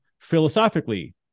philosophically